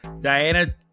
Diana